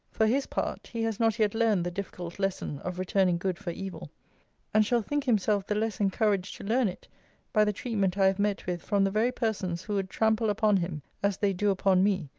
for his part, he has not yet learned the difficult lesson of returning good for evil and shall think himself the less encouraged to learn it by the treatment i have met with from the very persons who would trample upon him, as they do upon me,